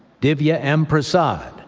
divya m. prasad,